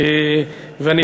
אדוני,